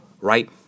Right